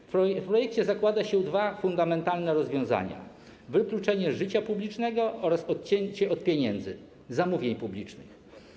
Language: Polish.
W projekcie zakłada się dwa fundamentalne rozwiązania: wykluczenie z życia publicznego oraz odcięcie od pieniędzy, zamówień publicznych.